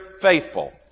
faithful